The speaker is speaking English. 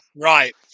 right